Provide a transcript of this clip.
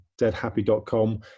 deadhappy.com